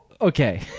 Okay